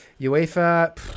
UEFA